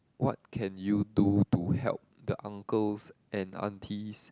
what can you do to help the uncles and aunties